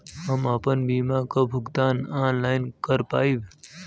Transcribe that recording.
हम आपन बीमा क भुगतान ऑनलाइन कर पाईब?